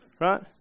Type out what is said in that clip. right